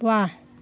वाह